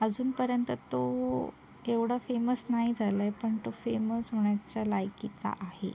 अजूनपर्यंत तो एवढा फेमस नाही झाला आहे पण तो फेमस होण्याच्या लायकीचा आहे